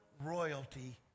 royalty